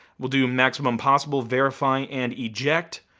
we'll do maximum possible verifying and eject.